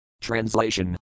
Translation